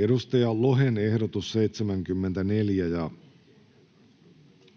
Markus Lohen ehdotus 74 ja